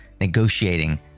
negotiating